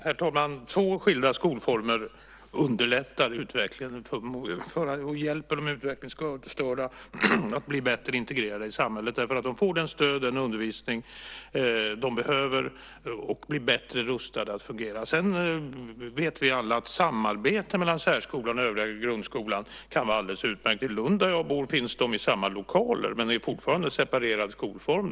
Herr talman! Två skilda skolformer underlättar utvecklingen och hjälper de utvecklingsstörda att bli bättre integrerade i samhället eftersom de får det stöd och den undervisning de behöver. De blir då bättre rustade att fungera. Vi vet alla att samarbete mellan särskolan och den övriga grundskolan kan vara alldeles utmärkt. I Lund, där jag bor, finns de i samma lokaler men är fortfarande separerade skolformer.